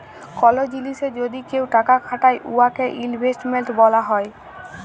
call জিলিসে যদি কেউ টাকা খাটায় উয়াকে ইলভেস্টমেল্ট ব্যলা হ্যয়